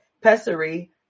Pessary